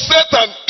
Satan